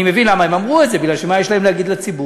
אני מבין למה הם אמרו את זה: מפני שמה יש להם להגיד לציבור,